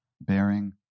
Bearing